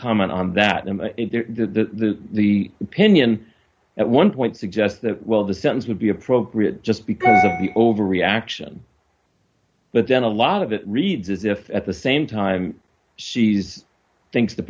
comment on that and the the opinion at one point suggests that well the sentence would be appropriate just because of the over reaction but then a lot of it reads as if at the same time she's thinks the